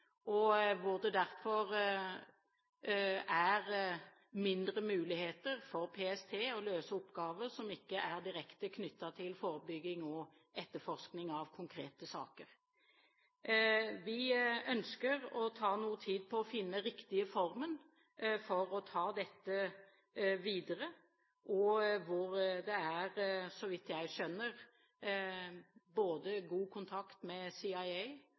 at det derfor er mindre muligheter for PST til å løse oppgaver som ikke er direkte knyttet til forebygging og etterforsking av konkrete saker. Vi ønsker å bruke noe tid på å finne den riktige formen for å ta dette videre, og det er, så vidt jeg skjønner, god kontakt med